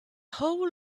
whole